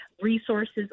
resources